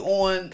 on